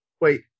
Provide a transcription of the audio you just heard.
Wait